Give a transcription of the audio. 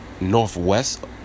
Northwest